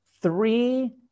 three